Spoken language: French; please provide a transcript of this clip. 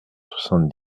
soixante